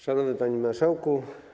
Szanowny Panie Marszałku!